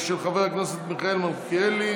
של חבר הכנסת מיכאל מלכיאלי.